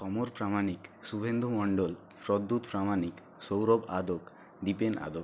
Samar Pramanik Subhendu Mondal Pradyut Pramanik Sourav Adak Dipen Adak